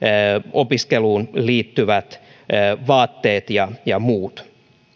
opiskeluun liittyvät vaatteet ja ja muut